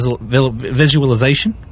visualization